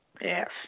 Yes